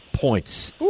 points